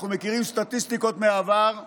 אנחנו מכירים סטטיסטיקות מהעבר,